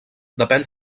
depèn